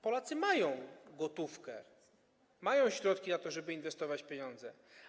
Polacy mają gotówkę, mają środki, żeby inwestować pieniądze.